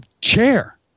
chair